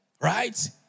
right